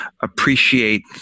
appreciate